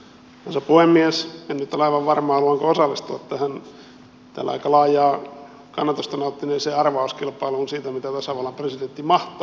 en nyt ole aivan varma haluanko osallistua tähän täällä aika laajaa kannatusta nauttineeseen ar vauskilpailuun siitä mitä tasavallan presidentti mahtaa tarkoittaa